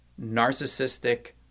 narcissistic